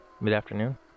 Mid-afternoon